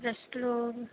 బ్రష్ట్రలోన్